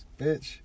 bitch